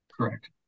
Correct